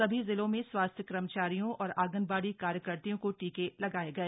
सभी जिलों में स्वास्थ्य कर्मचारियों और आंगनबाड़ी कार्यकत्रियों को टीके लगाये गए